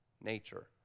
nature